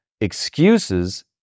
excuses